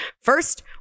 First